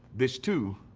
this too,